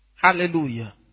Hallelujah